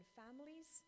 families